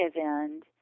end